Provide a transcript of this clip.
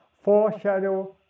Foreshadow